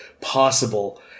possible